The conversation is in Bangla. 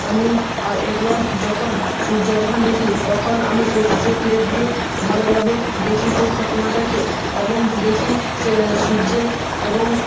আমি আর একবার যখন সূয্যগ্রহণ দেখি তখন আমি এক্স রে প্লেট দিয়ে ভালোভাবে দেখি সেই ঘটনাটাকে এবং দেখি যে সূয্যের এবং